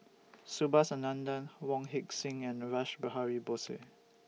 Subhas Anandan Wong Heck Sing and Rash Behari Bose